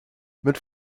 mit